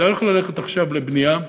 צריך ללכת עכשיו לבנייה.